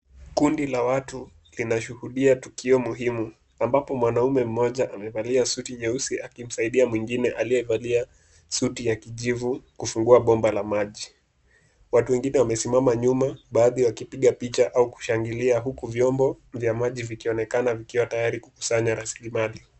Kundi la watu, linashuhudia tukio muhimu, ambapo mwanaume mmoja amevalia suti nyeusi akimsaidia mwingine aliyevalia suti ya kijivu kufungua bomba la maji. Watu wengine wamesimama nyuma, baadhi wakipiga picha au kushangilia huku vyombo vya maji vikionekana vikiwa tayari kukusanya rasilimali.